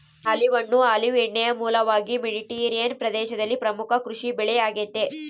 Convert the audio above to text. olive ಹಣ್ಣು olive ಎಣ್ಣೆಯ ಮೂಲವಾಗಿ ಮೆಡಿಟರೇನಿಯನ್ ಪ್ರದೇಶದಲ್ಲಿ ಪ್ರಮುಖ ಕೃಷಿಬೆಳೆ ಆಗೆತೆ